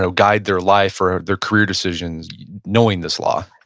so guide their life or their career decisions knowing this law?